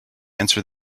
answer